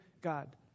God